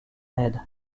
aide